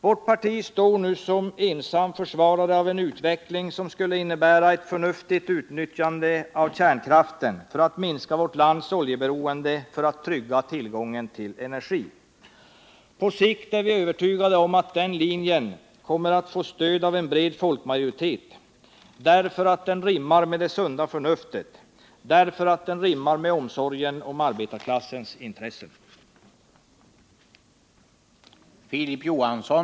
Vårt parti står nu som ensam försvarare av en utveckling, som skulle innebära ett förnuftigt utnyttjande av kärnkraften för att minska vårt lands oljeberoende och trygga tillgången till energi. På sikt är vi övertygade om att den linjen kommer att få stöd av en bred folkmajoritet därför att den rimmar med det sunda förnuftet, därför att den rimmar med omsorgen om arbetarklassens intressen.